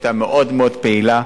שהיתה מאוד מאוד פעילה.